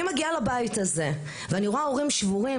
אני מגיעה לבית הזה ואני רואה הורים שבורים,